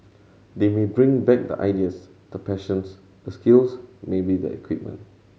they may bring back the ideas the passions the skills maybe the equipment